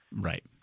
Right